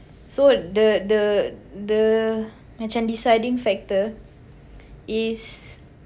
so the the the macam deciding factor is